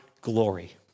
glory